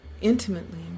intimately